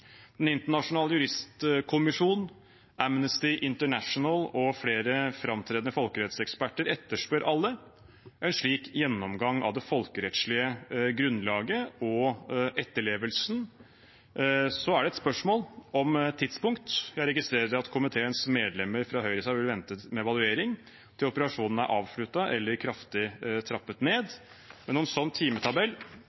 Den internasjonale juristkommisjonen, Amnesty International og flere framtredende folkerettseksperter etterspør alle en slik gjennomgang av det folkerettslige grunnlaget og etterlevelsen. Så er det et spørsmål om tidspunkt. Jeg registrerer at komiteens medlemmer fra Høyre vil vente med evaluering til operasjonen er avsluttet eller kraftig trappet ned,